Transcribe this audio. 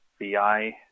BI